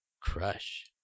Crush